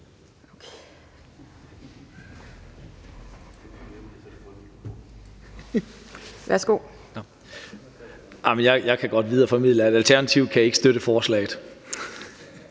Jeg kan godt videreformidle, at Alternativet ikke kan støtte forslaget.